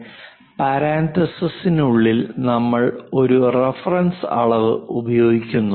ഏതെങ്കിലും റഫറൻസുമായി ബന്ധപ്പെട്ട് പരാൻതീസിസിനുള്ളിൽ നമ്മൾ ഒരു റഫറൻസ് അളവ് ഉപയോഗിക്കുന്നു